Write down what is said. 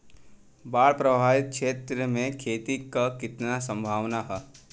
बाढ़ प्रभावित क्षेत्र में खेती क कितना सम्भावना हैं?